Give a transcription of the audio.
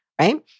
right